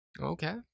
okay